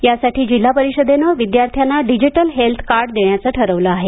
यासाठी जिल्हा परिषदेने विद्यार्थ्यांना डिजिटल हेल्थ कार्ड देण्याचं ठरवलं आहे